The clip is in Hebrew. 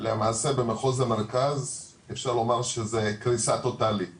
למעשה במחוז המרכז אפשר לומר שזה קריסה טוטאלית